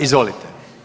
Izvolite.